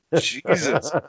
Jesus